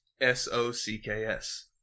S-O-C-K-S